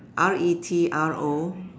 R E T R O